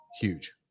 huge